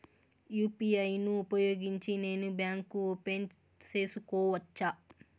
UPI ను ఉపయోగించి నేను బ్యాంకు ఓపెన్ సేసుకోవచ్చా?